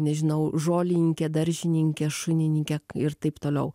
nežinau žolininkė daržininkė šunininkė ir taip toliau